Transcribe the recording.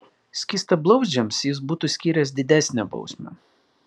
skystablauzdžiams jis būtų skyręs didesnę bausmę